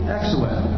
Excellent